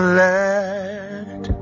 let